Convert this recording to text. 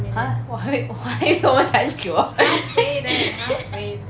!huh! 我还我还以为我们讲很久 liao